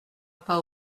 pas